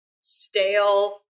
stale